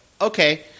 okay